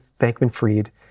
Bankman-Fried